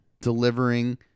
delivering